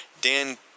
Dan